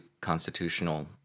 constitutional